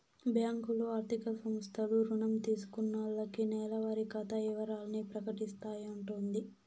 బ్యాంకులు, ఆర్థిక సంస్థలు రుణం తీసుకున్నాల్లకి నెలవారి ఖాతా ఇవరాల్ని ప్రకటిస్తాయంటోది